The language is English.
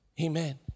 Amen